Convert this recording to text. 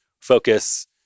focus